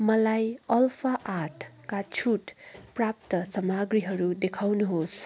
मलाई अल्फा आठका छुटप्राप्त सामग्रीहरू देखाउनुहोस्